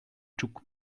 took